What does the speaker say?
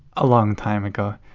a long time ago.